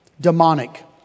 Demonic